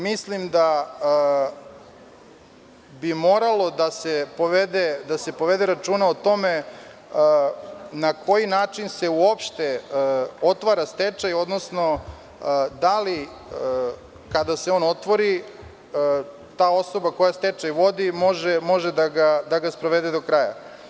Mislim da bi moralo da se povede računa o tome na koji način se uopšte otvara stečaj, odnosno da li kada se on otvori ta osoba koja stečaj vodi može da ga sprovede do kraja.